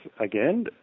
again